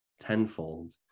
tenfold